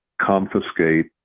confiscate